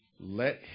let